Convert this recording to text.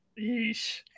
yeesh